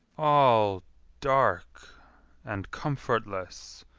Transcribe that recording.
all dark and comfortless